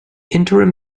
interim